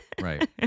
Right